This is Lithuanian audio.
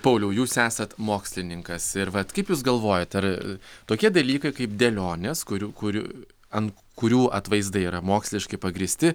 pauliau jūs esat mokslininkas ir vat kaip jūs galvojat ar tokie dalykai kaip dėlionės kurių kuriu ant kurių atvaizdai yra moksliškai pagrįsti